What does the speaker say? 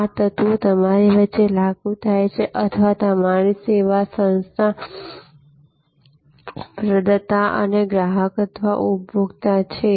આ તત્વો તમારી વચ્ચે લાગુ થાય છે અથવા તમારી સંસ્થા સેવા પ્રદાતા અને ગ્રાહક અથવા ઉપભોક્તા છે